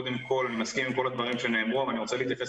אני מסכים עם כל הדברים שנאמרו ואני רוצה להתייחס